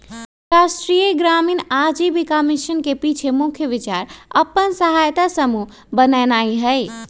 राष्ट्रीय ग्रामीण आजीविका मिशन के पाछे मुख्य विचार अप्पन सहायता समूह बनेनाइ हइ